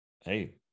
hey